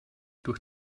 durch